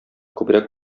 күбрәк